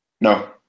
No